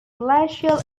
glacial